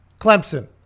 Clemson